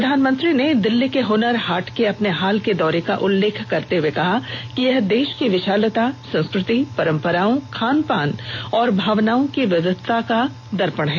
प्रधानमंत्री ने दिल्ली के हुनर हाट के अपने हाल के दौरे का उल्लेख करते हुए कहा कि यह देश की विशालता संस्कृति परम्पराओं खान पान और भावनाओं की विविधता का दर्पण है